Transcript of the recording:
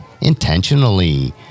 intentionally